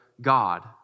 God